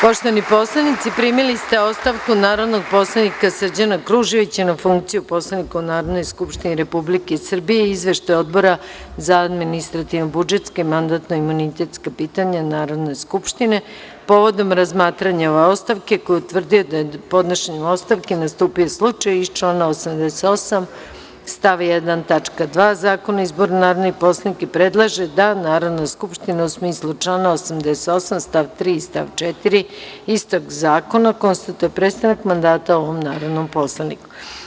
Poštovani poslanici primili ste ostavku narodnog poslanika Srđana Kruževića na funkciju poslanika u Narodnoj skupštini Republike Srbije i izveštaj Odbora za administrativno-budžetska i mandatno-imunitetska pitanja Narodne skupštine povodom razmatranja ostavke koji je utvrdio da je podnošenjem ostavke nastupio slučaj iz člana 88. stav 1. tačka 2. Zakona o izboru narodnih poslanika i predlaže da Narodna skupština u smislu člana 88. stav 3. i 4. istog zakona konstatuje prestanak mandata ovom narodnom poslaniku.